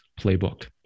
playbook